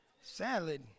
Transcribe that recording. Salad